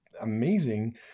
amazing